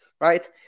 right